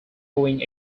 going